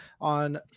on